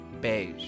Beige